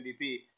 MVP